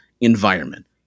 environment